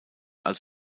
als